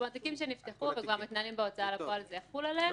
תיקים שנפתחו וכבר מתנהלים בהוצאה לפועל זה יחול עליהם,